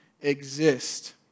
exist